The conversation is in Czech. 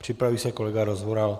Připraví se kolega Rozvoral.